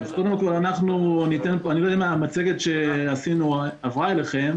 אני לא יודע אם המצגת שעשינו עברה אליכם